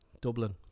dublin